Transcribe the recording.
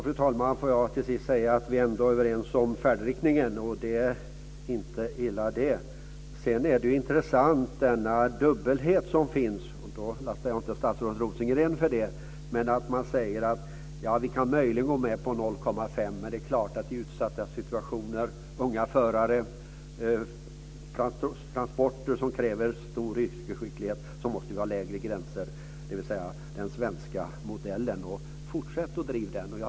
Fru talman! Får jag till sist säga att vi är överens om färdriktningen, och det är inte illa. Det finns en dubbelhet som är intressant. Man säger att man möjligen kan gå med på gränsvärdet 0,5, men att man i utsatta situationer - unga förare, transporter som kräver stor yrkesskicklighet - måste ha lägre gränser, dvs. den svenska modellen. Jag lastar inte statsrådet Rosengren för det.